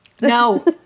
No